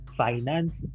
finance